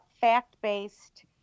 fact-based